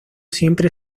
siempre